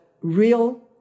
real